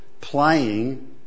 playing